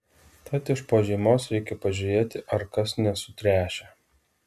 tad iš po žiemos reikia pažiūrėti ar kas nesutręšę